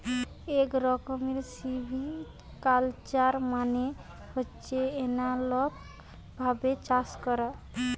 এক রকমের সিভিকালচার মানে হচ্ছে এনালগ ভাবে চাষ করা